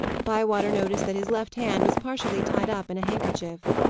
bywater noticed that his left hand was partially tied up in a handkerchief.